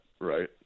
right